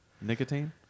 Nicotine